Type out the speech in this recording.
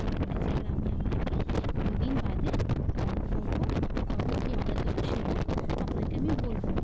phone করেছি আর আমি আপনাকে দু দিন বাদে কল করবো কত কী অর্ডার দোবো সেটা আপনাকে আমি বলবো